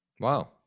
Wow